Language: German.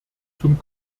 zum